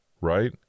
right